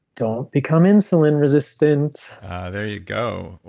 don't become insulin resistant there you go.